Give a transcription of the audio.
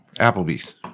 Applebee's